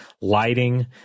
lighting